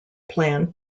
plan